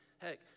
Heck